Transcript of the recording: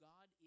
God